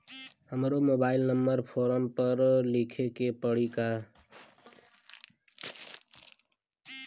हमरो mobile number form पर लिखे के पड़ी का?